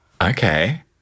Okay